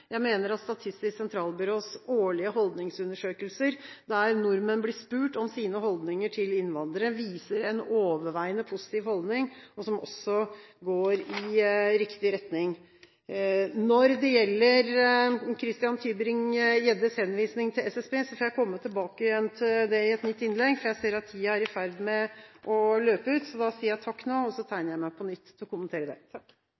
Jeg mener at Statistisk sentralbyrås årlige holdningsundersøkelser, der nordmenn blir spurt om sine holdninger til innvandrere, viser en overveiende positiv holdning, som også går i riktig retning. Når det gjelder Christian Tybring-Gjeddes henvisning til SSB, får jeg komme tilbake til det i et nytt innlegg, for jeg ser at tiden er i ferd med å løpe ut. Jeg sier takk nå og tegner meg på nytt for å kommentere det. Jeg er fortsatt opprørt, så